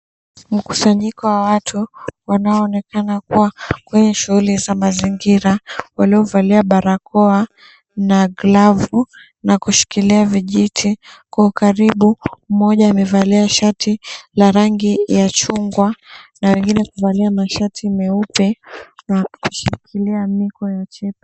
Mkusanyiko wa watu wanaonekana kuwa wenye shughuli za mazingira waliovalia barakoa na glavu na kushikilia vijiti kwa ukaribu. Mmoja amevalia shati la rangi ya chungwa na wengine wamevalia mashati meupe na kushikilia miko ya jembe.